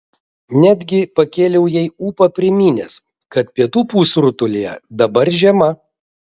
netgi pakėliau jai ūpą priminęs kad pietų pusrutulyje dabar žiema